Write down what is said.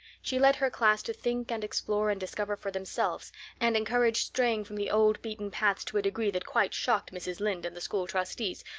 she led her class to think and explore and discover for themselves and encouraged straying from the old beaten paths to a degree that quite shocked mrs. lynde and the school trustees,